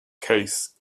case